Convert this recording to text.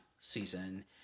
season